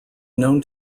known